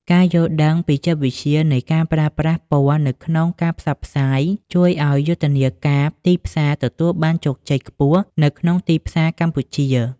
ការយល់ដឹងពីចិត្តវិទ្យានៃការប្រើប្រាស់ពណ៌នៅក្នុងការផ្សព្វផ្សាយ ជួយឱ្យយុទ្ធនាការទីផ្សារទទួលបានជោគជ័យខ្ពស់នៅក្នុងទីផ្សារកម្ពុជា។